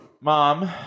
mom